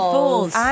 Fools